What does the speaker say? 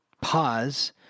pause